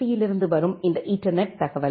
சியில் இருந்து வரும் இந்த ஈதர்நெட் தகவல்